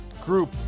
group